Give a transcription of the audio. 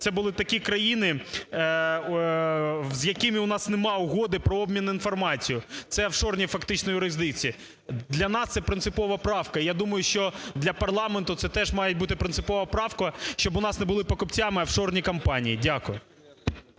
це були такі країни, з якими у нас немає угоди про обмін інформацією. Це офшорні, фактично, юрисдикції. Для нас це принципова правка. Я думаю, що для парламенту це теж має бути принципова правка, щоб у нас не були покупцями офшорні компанії. Дякую.